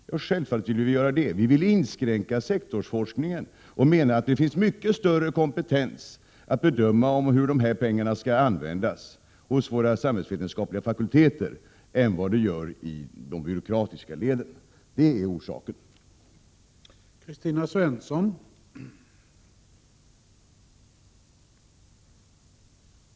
Vi vill självfallet göra det, och vi vill inskränka sektorsforskningen. Det finns mycket större kompetens vid de samhällsvetenskapliga fakulteterna att bedöma hur pengarna skall användas än det gör i de byråkratiska leden. Det är orsaken till förslaget.